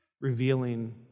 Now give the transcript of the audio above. revealing